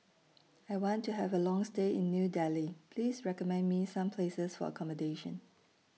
I want to Have A Long stay in New Delhi Please recommend Me Some Places For accommodation